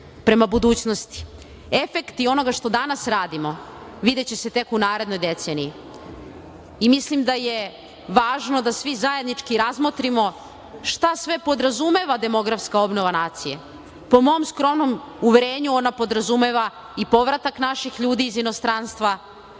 prema budućnosti. Efekti onoga što danas radimo videće se tek u narednoj deceniji. Mislim da je važno da svi zajednički razmotrimo šta sve podrazumeva demografska obnova nacije. Po mom skromnom uverenju ona podrazumeva i povratak naših ljudi iz inostranstva,